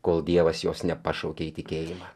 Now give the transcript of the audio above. kol dievas jos nepašaukė į tikėjimą